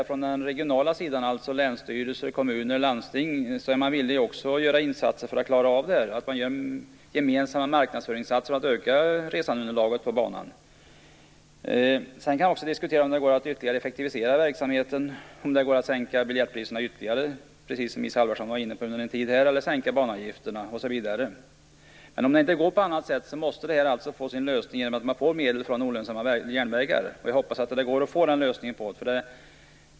Från den regionala sidan; dvs. länsstyrelser, kommuner och landsting är man också villig att göra insatser för att klara av detta. Med gemensamma marknadsföringsinsatser kan man öka resandeunderlaget på banan. Man kan diskutera om det går att effektivisera verksamheten ytterligare. Går det t.ex. att sänka biljettpriserna ytterligare? Isa Halvarsson var inne på det. Och går det att sänka banavgifterna? Om det inte går på något annat sätt måste problemet få sin lösning genom medel för olönsamma järnvägar. Jag hoppas att den lösningen blir möjlig.